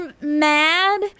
Mad